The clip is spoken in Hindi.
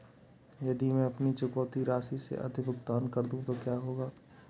यदि मैं अपनी चुकौती राशि से अधिक भुगतान कर दूं तो क्या होगा?